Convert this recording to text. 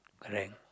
correct